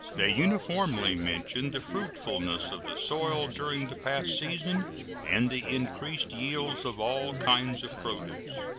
they uniformly mention the fruitfulness of the soil during the past season and the increased yields of all kinds of produce.